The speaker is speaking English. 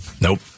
Nope